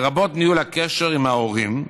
לרבות ניהול הקשר עם ההורים,